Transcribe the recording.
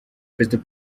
perezida